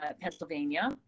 Pennsylvania